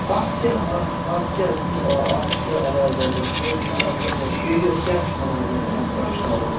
اَتھ کیاہ اَتھ اَتھ کیاہ اَتھ کیاہ اعلاجا گَژھہِ تُہٕندِ حِسابہٕ کیاہ چھُ اَتھ شیٚرِیَت کیاہ چھُ وَنان اَسہِ اَتھ کیاہ چھُ کَرُن